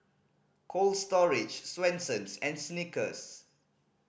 Cold Storage Swensens and Snickers